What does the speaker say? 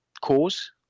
cause